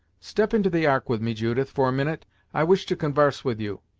step into the ark with me, judith, for a minute i wish to convarse with you.